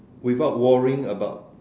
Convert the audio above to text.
without worrying about